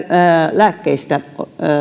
lääkkeistä